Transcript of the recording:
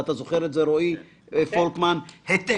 אתה זוכר את זה, רועי פולקמן, היטב.